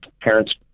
parents